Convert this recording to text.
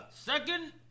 Second